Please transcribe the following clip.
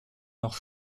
noch